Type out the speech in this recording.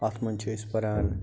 اتھ منٛز چھِ أسۍ پَران